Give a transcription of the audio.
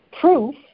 proof